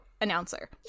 announcer